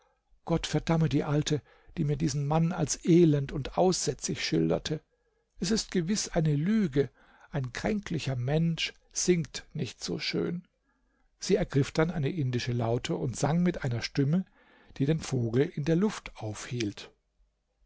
gott verdamme die alte die mir diesen mann als elend und aussätzig schilderte es ist gewiß eine lüge ein kränklicher mensch singt nicht so schön sie ergriff dann eine indische laute und sang mit einer stimme die den vogel in der luft aufhielt